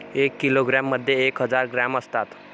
एका किलोग्रॅम मध्ये एक हजार ग्रॅम असतात